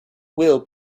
will